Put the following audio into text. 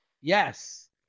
Yes